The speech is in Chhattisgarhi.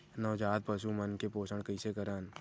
नवजात पशु मन के पोषण कइसे करन?